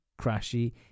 crashy